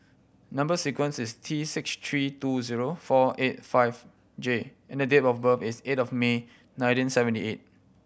number sequence is T six three two zero four eight five J and the date of birth is eight of May nineteen seventy eight